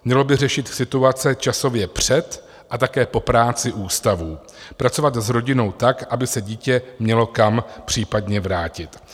Mělo by řešit situace časově před a také po práci ústavů, pracovat s rodinou tak, aby se dítě mělo kam případně vrátit.